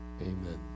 amen